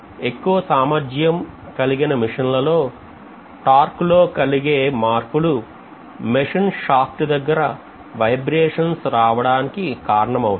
ఎక్కు వ సామర్థ్యం కలిగిన మిషన్లలో టార్క్ లో కలిగే మార్పులు మెషిన్ షాఫ్ట్ దగ్గర వైబ్రేషన్స్ రావడానికి కారణం కారణమవుతాయి